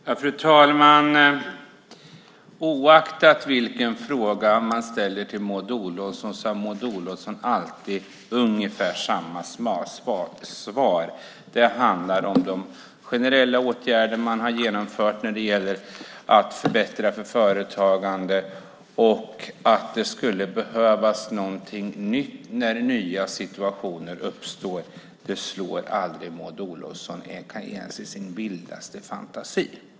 Fru talman! Oavsett vilken fråga man ställer till Maud Olofsson har Maud Olofsson alltid ungefär samma svar. Det handlar om de generella åtgärder som man har genomfört när det gäller att förbättra för företagande. Att det skulle behövas något nytt när nya situationer uppstår slår aldrig Maud Olofsson. Det kan hon inte tänka sig ens i sin vildaste fantasi.